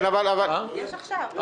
יש עכשיו.